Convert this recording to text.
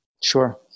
Sure